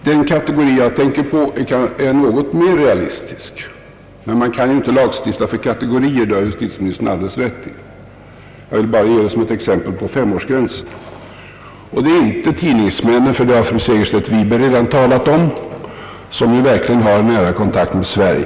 Den kategori jag tänker på är något mer realistisk, men man kan ju inte lagstifta för kategorier, det har justitieministern alldeles rätt i. Jag vill bara nämna det som ett exempel på femårsgränsen. Det gäller inte tidningsmännen — dem har fru Segerstedt Wiberg redan talat om — som verkligen har nära kontakt med Sverige.